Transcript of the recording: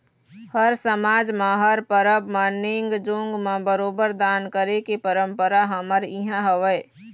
हर समाज म हर परब म नेंग जोंग म बरोबर दान करे के परंपरा हमर इहाँ हवय